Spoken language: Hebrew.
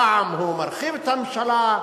פעם הוא מרחיב את הממשלה,